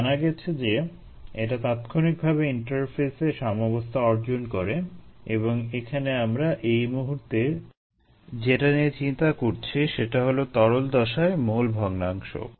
এটা জানা গেছে যে এটা তাৎক্ষণিকভাবে ইন্টারফেসে সাম্যাবস্থা অর্জন করে এবং এখানে আমরা এই মুহূর্তে যেটা নিয়ে চিন্তা করছি সেটা হলো তরল দশায় মোল ভগ্নাংশ